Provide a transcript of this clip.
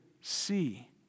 see